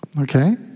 Okay